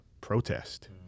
protest